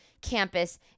campus